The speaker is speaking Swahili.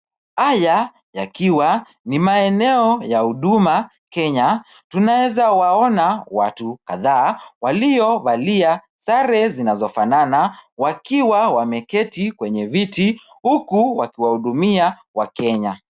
Haya yakiwa ni maeneo ya Huduma Kenya. Tunaeza waona watu kadhaa waliovalia sare zinazofanana wakiwa wameketi kwenye viti huku wakiwahudumia wakenya.